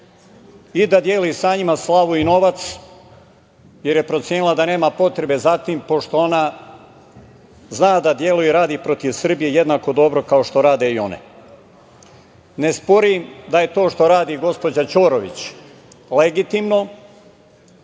i da deli sa njima slavu i novac, jer je procenila da nema potrebe za tim, pošto ona zna da deluje i radi protiv Srbije jednako dobro kao što rade i one. Ne sporim da je to što radi gospođa Ćorović legitimno.